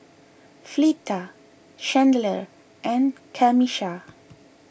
Fleeta Chandler and Camisha